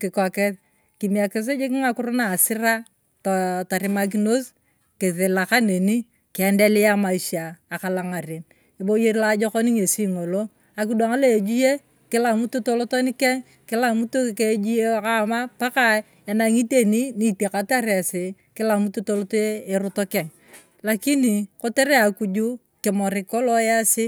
kiko kis kimekis jik ng’akiro na asira, too torimakinos, kisila kaneni kiendelea emaisha along’aren eboyer loajokon ng’esi ng’olo akidwang loejie, kilamoto toloto nikeng kilamutu ejie kaama paka enang’i teni niitiekatar esi kilamutu toloto eroto keng, lakini kotere akuju kimorik kolong esi.